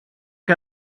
que